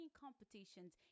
competitions